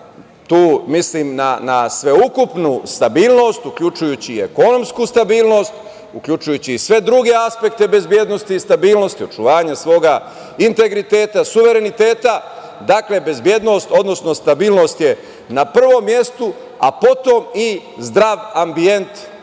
Tu mislim na sveukupnu stabilnost, uključujući i ekonomsku stabilnost, uključujući i sve druge aspekte bezbednosti i stabilnosti, očuvanje svog integriteta, suvereniteta. Dakle, bezbednost, odnosno stabilnost je na prvom mestu, a potom i zdrav ambijent